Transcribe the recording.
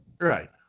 right